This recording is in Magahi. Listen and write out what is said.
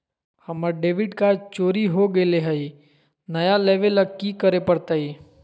हमर डेबिट कार्ड चोरी हो गेले हई, नया लेवे ल की करे पड़तई?